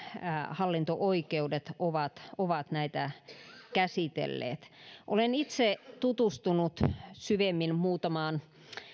hallinto oikeudet ovat ovat näitä käsitelleet olen itse tutustunut syvemmin muutamaan